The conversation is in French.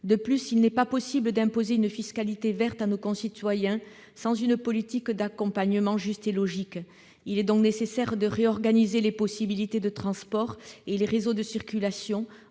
De plus, il n'est pas possible d'imposer une fiscalité verte à nos concitoyens sans une politique d'accompagnement juste et logique. Il est donc nécessaire de réorganiser les possibilités de transports et les réseaux de circulation,